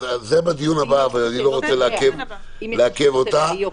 זה בדיון הבא אבל אני לא רוצה לעכב אותה.